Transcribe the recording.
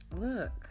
Look